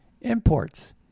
imports